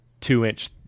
two-inch